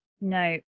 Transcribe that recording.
No